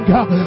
God